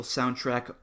Soundtrack